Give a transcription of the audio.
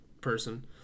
person